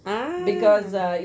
ah